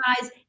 guys